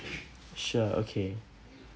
sure okay